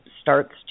starts